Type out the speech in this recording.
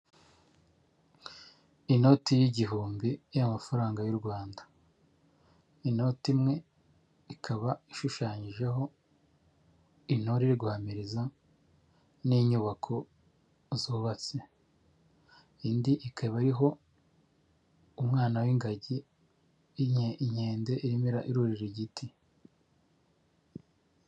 Inoti y'igihumbi y'amafaranga y'u Rwanda, inoti imwe ikaba ishushanyijeho intore iri guhamireza n'inyubako zubatse. Indi ikaba ariho umwana w'ingagi, inkende irimo irurira igiti.